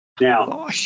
Now